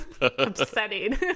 upsetting